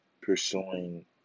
pursuing